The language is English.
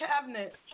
cabinet